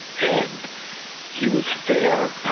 and he was fair.